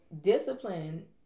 discipline